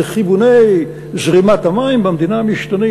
וכיווני זרימת המים במדינה משתנים.